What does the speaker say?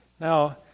Now